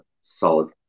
solid